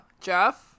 jeff